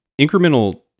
incremental